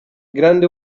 grande